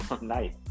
Nice